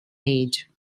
age